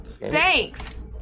Thanks